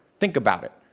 think about it,